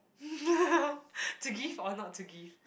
to give or not to give